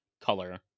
color